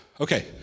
Okay